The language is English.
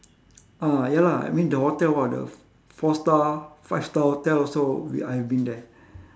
ah ya lah I mean the hotel !wah! the f~ four star five star hotel also we I have been there